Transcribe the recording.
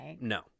No